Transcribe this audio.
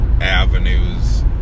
avenues